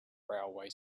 railway